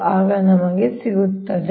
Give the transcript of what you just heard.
ಆಗ ನಮಗೆ ಉತ್ತರ ಸಿಗುತ್ತದೆ